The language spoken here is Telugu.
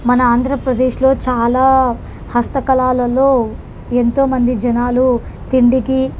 మన ఆంధ్రప్రదేశ్లో చాలా హస్తకళలలో ఎంతో మంది జనాలు తిండికి